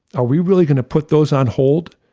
are we really going to put those on hold?